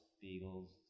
beagles